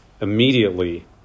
Immediately